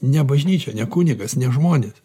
ne bažnyčia ne kunigas ne žmonės